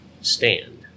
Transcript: stand